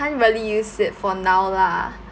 really use it for now lah